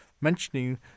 mentioning